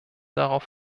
darauf